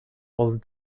old